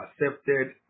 accepted